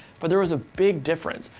but there was a big difference.